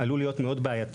זה יכול להיות מאוד בעייתי.